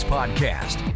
Podcast